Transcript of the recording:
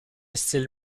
style